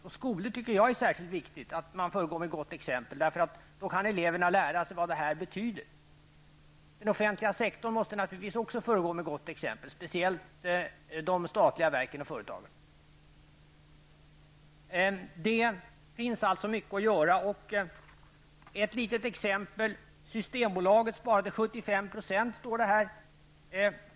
Jag tycker att det är särskilt viktigt att man föregår med gott exempel i skolor. Då kan eleverna lära sig vad detta betyder. Den offentliga sektorn måste naturligtvis också föregå med gott exempel, speciellt i de statliga verken och företagen. Det finns alltså mycket att göra. Ett litet exempel är att Systembolaget sparade 75 % på sin energiförbrukning.